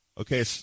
Okay